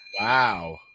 Wow